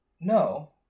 No